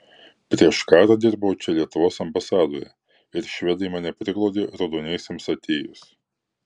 prieš karą dirbau čia lietuvos ambasadoje ir švedai mane priglaudė raudoniesiems atėjus